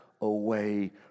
away